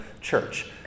church